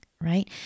right